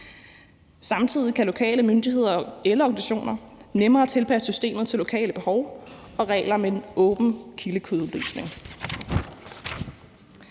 Samtidig kan lokale myndigheder eller organisationer nemmere tilpasse systemet til lokale behov og regler med en åben kildekode-løsning.